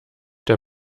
der